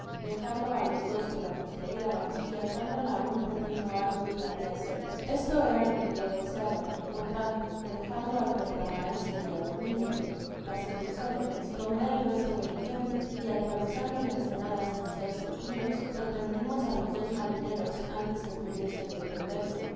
dejando á los dos que la custodiaban y atándola á un pequeño árbol que había cerca fisto era lo que yo deseaba por tanto dejando al contramaestre y á domingo que ejecutasen mis órdenes tomé el resto de mi gente y atravesando la ensenada sin ser sentidos sorprendimos á tos dos marineros antes que pudiesen defenderse el